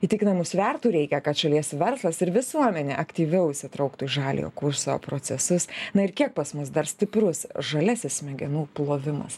įtikinamų svertų reikia kad šalies verslas ir visuomenė aktyviau įsitrauktų į žaliojo kurso procesus na ir kiek pas mus dar stiprus žaliasis smegenų plovimas